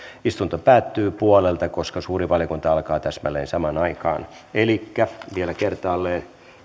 istunto päättyy puoli kahdelta koska suuri valiokunta alkaa täsmälleen samaan aikaan elikkä vielä kertaalleen